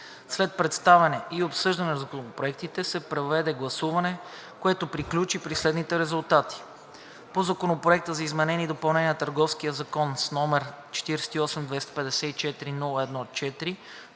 След представяне и обсъждане на законопроектите се проведе гласуване, което приключи при следните резултати: 1. По Законопроекта за изменение и допълнение на Търговския закон, № 48-254-01-4,